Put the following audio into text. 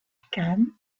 kahn